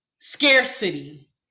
scarcity